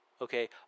Okay